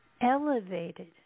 elevated